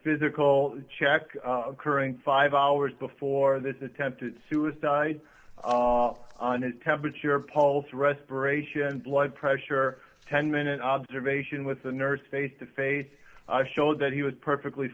physical check current five hours before this attempted suicide and his temperature pulse respiration blood pressure ten minute observation with a nurse face to face showed that he was perfectly